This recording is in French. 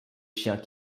chiens